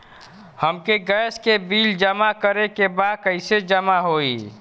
हमके गैस के बिल जमा करे के बा कैसे जमा होई?